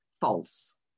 false